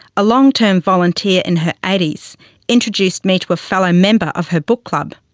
a long-term volunteer in her eighties introduced me to a fellow member of her book club,